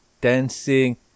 dancing